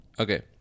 Okay